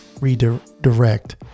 redirect